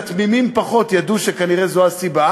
התמימים פחות ידעו שכנראה זו הסיבה